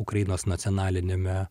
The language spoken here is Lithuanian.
ukrainos nacionaliniame